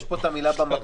יש פה את המילה "במקום".